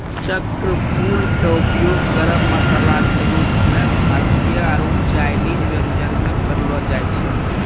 चक्रफूल के उपयोग गरम मसाला के रूप मॅ भारतीय आरो चायनीज व्यंजन म करलो जाय छै